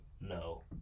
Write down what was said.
No